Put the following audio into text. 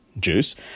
juice